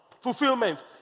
Fulfillment